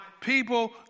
people